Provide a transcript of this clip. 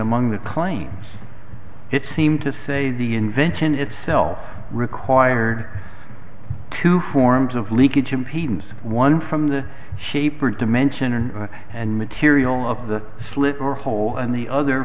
among the claims it seemed to say the invention itself required two forms of leakage impedance one from the shape or dimension or and material of the slit or hole and the other